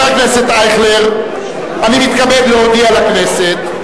אני מתכבד להודיע לכנסת,